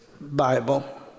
Bible